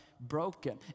broken